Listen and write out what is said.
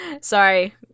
Sorry